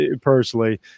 personally